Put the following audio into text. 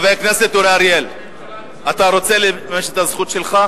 ממשלה שבה,